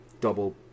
double